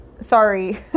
Sorry